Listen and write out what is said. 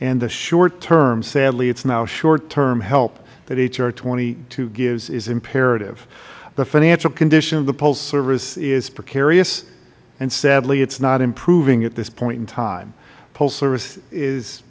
and the short term sadly it is now short term help that h r twenty two gives us imperative the financial condition of the postal service is precarious and sadly it is not improving at this point in time the postal service